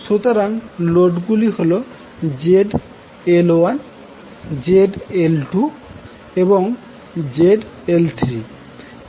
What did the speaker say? সুতরাং লোড গুলি হলZL1 ZL2 এবং ZL3